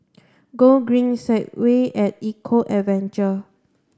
Gogreen Segway at Eco Adventure